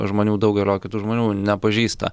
žmonių daugelio kitų žmonių nepažįsta